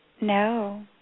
No